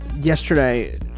Yesterday